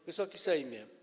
Wysoki Sejmie!